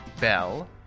bell